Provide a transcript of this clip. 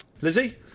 Lizzie